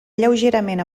lleugerament